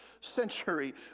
century